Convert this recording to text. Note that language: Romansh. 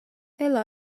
ella